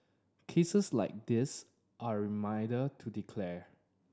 cases like this are a reminder to declare